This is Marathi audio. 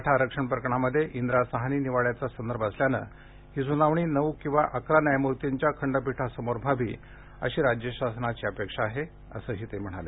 मराठा आरक्षण प्रकरणामध्ये इंद्रा साहनी निवाड्याचा संदर्भ असल्याने ही स्नावणी नऊ किंवा अकरा न्यायमूर्तींच्या खंडपीठाकडे व्हावी अशी राज्य शासनाची अपेक्षा आहे असंही चव्हाण म्हणाले